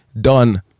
done